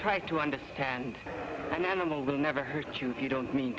try to understand an animal will never hurt you if you don't mean